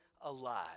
alive